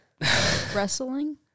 Wrestling